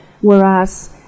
Whereas